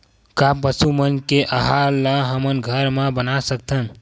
का पशु मन के आहार ला हमन घर मा बना सकथन?